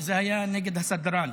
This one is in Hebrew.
זה היה נגד הסדרן.